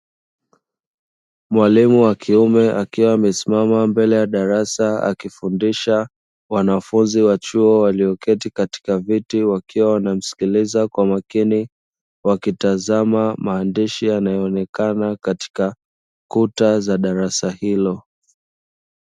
Mwalimu kiume, akiwa amesimama mbele ya darasa akifundisha wanafunzi wa chuo, walioketi katika viti, wakiwa wanamsikiliza kwa makini, wakitazama maandishi yanayoonekana katika kuta za darasa hilo.